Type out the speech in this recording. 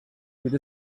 with